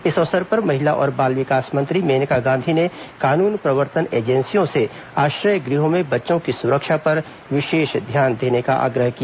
इस अवसर पर महिला और बाल विकास मंत्री मेनका गांधी ने कानून प्रवर्तन एजेंसियों से आश्रय गृहों में बच्चों की सुरक्षा पर विषेष ध्यान देने का आग्रह किया